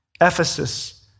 Ephesus